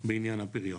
בעניין הפריון"